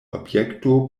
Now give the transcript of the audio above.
objekto